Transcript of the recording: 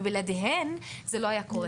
ובלעדיהן זה לא היה קורה.